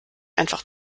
einfach